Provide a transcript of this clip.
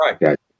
Right